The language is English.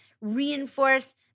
reinforce